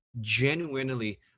genuinely